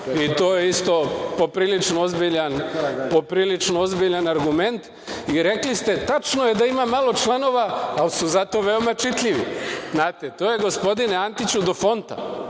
i to je isto poprilično ozbiljan argument i rekli ste – tačno je da ima malo članova, ali su zato veoma čitljivi. Znate, to je gospodine Antiću do fonta,